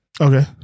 Okay